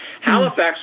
Halifax